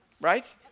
Right